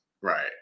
Right